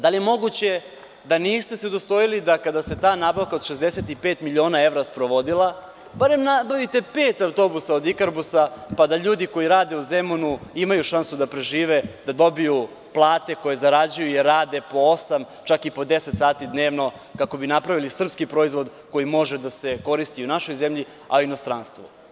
Da li je moguće da se niste udostojili da kada se ta nabavka od 65 miliona evra sprovodila, barem nabavite pet autobusa od „Ikarbusa“ pa da ljudi koji rade u Zemunu imaju šansu da prežive, da dobiju plate koje zarađuju i rade po osam, čak i po 10 sati dnevno, kako bi napravili srpski proizvod koji može da se koristi i u našoj zemlji, a i u inostranstvu.